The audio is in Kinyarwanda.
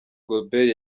gualbert